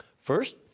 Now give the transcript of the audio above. First